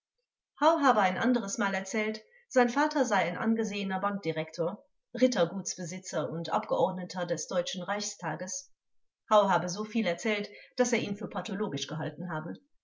habe ein anderes mal erzählt sein vater sei ein angesehener bankdirektor rittergutsbesitzer und abgeordneter des deutschen reichstages hau habe so viel erzählt daß er ihn für pathologisch gehalten habe